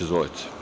Izvolite.